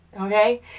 Okay